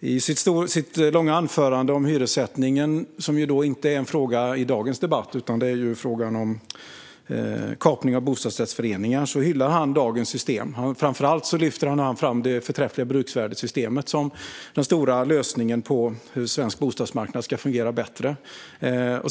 I sitt långa anförande om hyressättningen - som inte är en fråga i dagens debatt, som handlar om kapning av bostadsrättsföreningar - hyllar han dagens system. Framför allt lyfter han fram det förträffliga bruksvärdessystemet som den stora lösningen på frågan om hur svensk bostadsmarknad ska kunna fungera bättre.